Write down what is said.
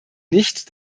nicht